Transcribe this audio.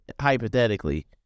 hypothetically